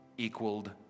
equaled